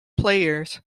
players